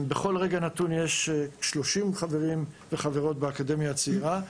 בכל רגע נתון יש 30 חברים וחברות באקדמיה הצעירה.